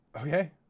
Okay